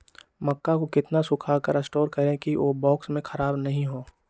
मक्का को कितना सूखा कर स्टोर करें की ओ बॉक्स में ख़राब नहीं हो?